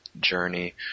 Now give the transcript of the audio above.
journey